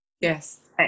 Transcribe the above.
Yes